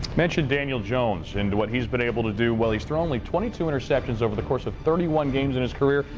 mentioned daniel jones and what he's been able to do. well, he's throw only twenty two interceptions over the course of thirty one games in his career.